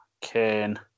Kane